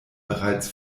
bereits